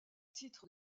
titres